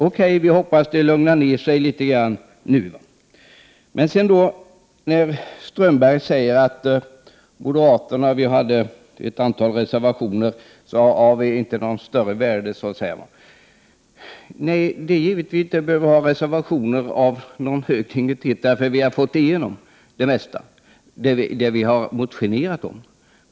Okej, vi hoppas att det lugnar ner sig litet grand nu. Håkan Strömberg säger att moderaternas reservationer inte är av något större värde. Nej, det är givet att vi inte behövt avge reservationer av någon hög dignitet, eftersom vi har fått igenom det mesta av det vi har motionerat om.